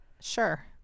sure